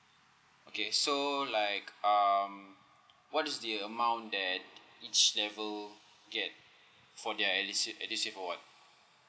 okay so like um what is the amount that each level get for their edusave edusave award